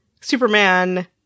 Superman